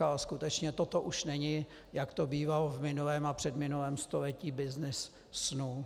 Ale skutečně toto už není, jak to bývalo v minulém a předminulém století, byznys snů.